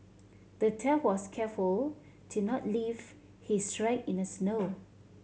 the thief was careful to not leave his track in the snow